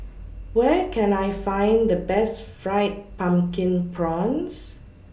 Where Can I Find The Best Fried Pumpkin Prawns